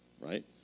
right